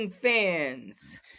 Fans